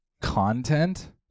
content